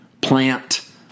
Plant